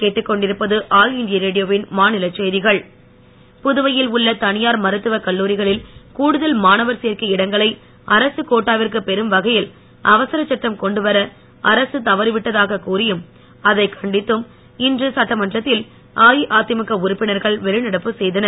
வெளிநடப்பு புதுவையில் உள்ள தனியார் மருத்துவக் கல்லூரிகளில் கூடுதல் மாணவர் சேர்க்கை இடங்களை அரசுக் கோட்டாவிற்குப் பெறும் வகையில் அவசரச் சட்டம் கொண்டு வர அரசு தவறிவிட்டதாக கூறியும் அதைக் கண்டித்தும் றுன்று சட்டமன்றத்தில் அஇஅதிமுக உறுப்பினர்கள் வெளிநடப்பு செய்தனர்